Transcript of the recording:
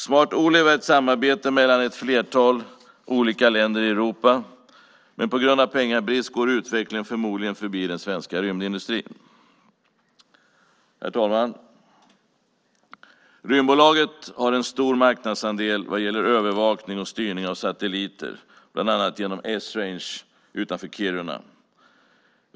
Smart-Olev är ett samarbete mellan ett flertal olika länder i Europa, men på grund av pengabrist går utvecklingen förmodligen förbi den svenska rymdindustrin. Herr talman! Rymdbolaget har en stor marknadsandel vad gäller övervakning och styrning av satelliter, bland annat genom Esrange utanför Kiruna.